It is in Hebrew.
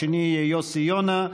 השני יהיה יוסי יונה,